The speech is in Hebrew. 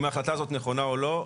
אם ההחלטה הזאת נכונה או לא,